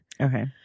Okay